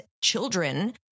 children